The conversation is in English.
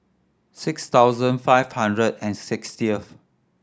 six thousand five hundred and sixtieth